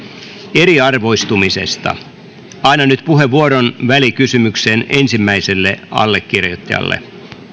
eriarvoistumisesta annan nyt puheenvuoron välikysymyksen ensimmäiselle allekirjoittajalle